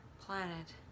Planet